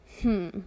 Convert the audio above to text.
Hmm